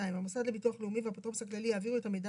המוסד לביטוח לאומי והאפוטרופוס הכללי יעבירו את המידע